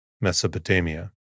Mesopotamia